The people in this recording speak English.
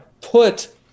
put